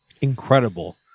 incredible